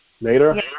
later